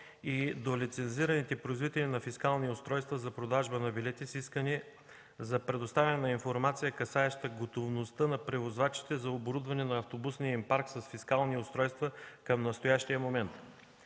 и до лицензираните производители на фискални устройства за продажба на билети с искане за предоставяне на информация, касаеща готовността на превозвачите за оборудване на автобусния им парк с фискални устройства. Предвид краткия